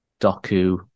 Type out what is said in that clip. Doku